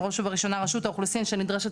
בראש ובראשונה רשות האוכלוסין שנדרשת